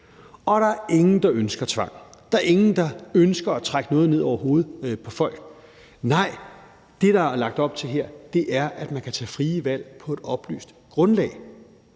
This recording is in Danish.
og der er ingen, der ønsker tvang. Der er ingen, der ønsker at trække noget ned over hovedet på folk. Nej, det, der er lagt op til her, er, at man kan tage frie valg på et oplyst grundlag.